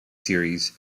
series